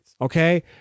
okay